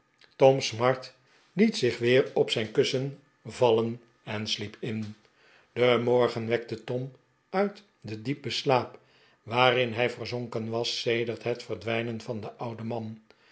tom smart liet zich weer op zijn kussen vallen en sliep in de morgeh wekte tom uit den diepen slaap waarin hij verzonken was sedert het verdwijnen van den ouden man